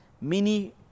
mini